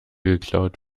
geklaut